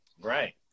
right